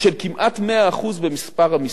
של כמעט 100% במספר המשרות.